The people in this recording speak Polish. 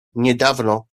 niedawno